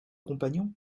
compagnon